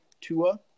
Tua